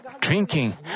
drinking